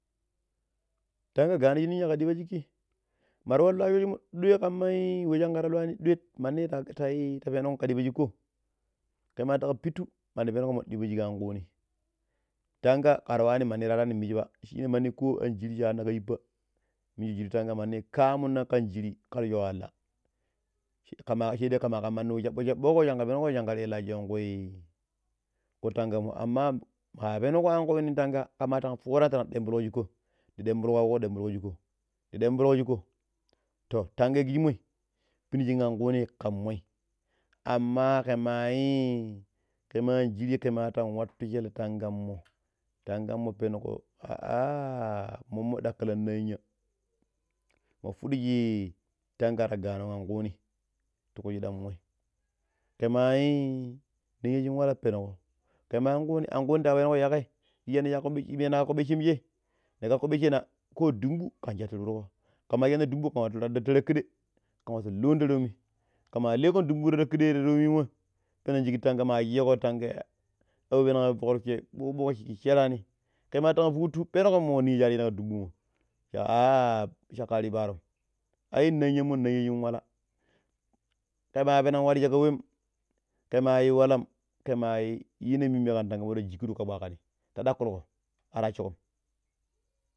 Tanga gani ninya ka tibashikki mar we loya shoshoimo doi kan ma wa shangar luwani duai manni ta peniko ka dibashiko, kama tan pittu mani penniko mommo dibashik ankuni. Tanga kari wani manai ta arani misiba shine manni ko anjiri shi wanna ka yippa minji jirii. Tanga mandi kaminna kan jirii kar so waala. Shedai kama kan mandi wu sobo- sobooko. San pennuko shankar la shaong kui tangano amma ma penko an kuni nin tanga ma foona taran debubulko shikko ndi ɗembilla kugo ndi dembillo shikko ndi dambillo shikko. To tangai kishimoi peniji an kuuni ka moi. Amma kamaii kama an anjiri kama tan wattu shele tangammo, tangai penko aa mommo dakkilan ninya. Mummo pidi shi tanga ta ganon an kuuni ti ku shiɗam mo kama i ninya shin wala penko. Kama an kuuni an kuuni ta pengon yaƙƙai yakon beshe mijje ni kakko beshe na ko dumbu kan suttu ti pidiko ka ma sanna dumbo kar wattu radon ta takkide. Kan watu luun ta toomi ka ma likkon dumboi ta takkidei ta toomimo penen shik tangai ma chikko tangai abo fok roosoi ɓuk ɓuk shi sherani kema tan futu peeniko mommo ninya shi warjeni ka dumbummo cha a caƙƙa ar yu paarom ai ninyammo, ninya shin wale, ke penan warji ka wemma kama yu walam kama yina mimmi kan tangamo ta shaduko ka kpakkani ta dalkiliko ar wassikom.